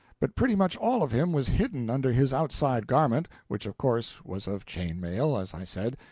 but pretty much all of him was hidden under his outside garment, which of course was of chain mail, as i said,